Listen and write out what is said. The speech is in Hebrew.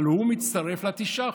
אבל הוא מצטרף לתשעה.